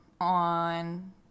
on